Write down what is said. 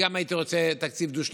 גם אני הייתי רוצה תקציב דו-שנתי.